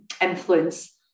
influence